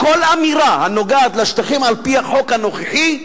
כל אמירה הנוגעת לשטחים, על-פי החוק הנוכחי,